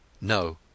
No—